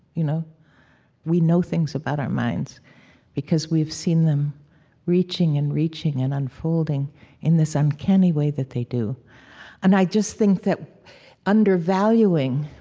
you know we know things about our minds because we have seen them reaching and reaching and unfolding in this uncanny way that they do and i just think that undervaluing